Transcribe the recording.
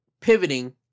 pivoting